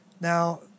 Now